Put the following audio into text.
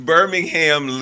Birmingham